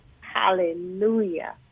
hallelujah